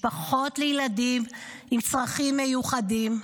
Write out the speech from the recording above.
משפחות לילדים עם צרכים מיוחדים,